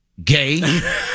Gay